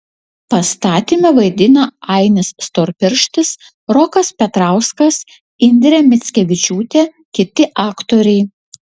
pastatyme vaidina ainis storpirštis rokas petrauskas indrė mickevičiūtė kiti aktoriai